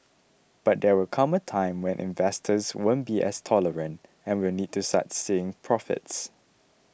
but there will come a time when investors won't be as tolerant and will need to start seeing profits